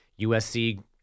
USC